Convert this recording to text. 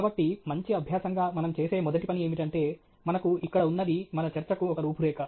కాబట్టి మంచి అభ్యాసంగా మనం చేసే మొదటి పని ఏమిటంటే మనకు ఇక్కడ ఉన్నది మన చర్చకు ఒక రూపురేఖ